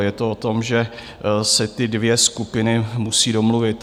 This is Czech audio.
Je to o tom, že se ty dvě skupiny musí domluvit.